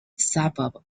suburb